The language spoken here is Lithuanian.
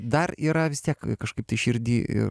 dar yra vis tiek kažkaip tai širdy ir